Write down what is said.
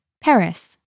Paris